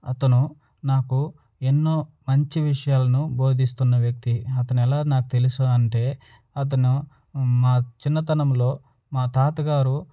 అతను నాకు ఎన్నో మంచి విషయాలను బోధిస్తున్న వ్యక్తి అతను ఎలా నాకు తెలుసు అంటే అతను మా చిన్నతనంలో మా తాతగారు